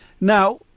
Now